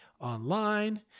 online